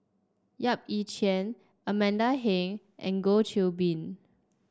Yap Ee Chian Amanda Heng and Goh Qiu Bin